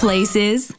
Places